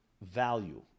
value